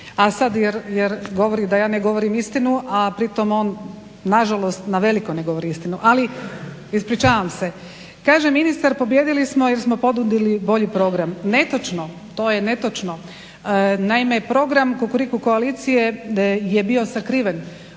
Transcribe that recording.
A sad jer govori da ja ne govorim istinu, a pritom on nažalost naveliko ne govori istinu. Ali, ispričavam se. Kaže ministar pobijedili smo jer smo ponudili bolji program. Netočno, to je netočno. Naime, program kukuriku koalicije je bio sakriven,